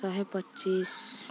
ଶହେ ପଚିଶି